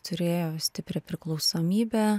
turėjo stiprią priklausomybę